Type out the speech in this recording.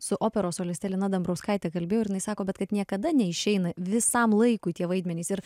su operos soliste lina dambrauskaite kalbėjau ir jinai sako bet kad niekada neišeina visam laikui tie vaidmenys ir